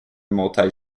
multi